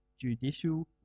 judicial